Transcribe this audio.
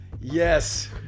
Yes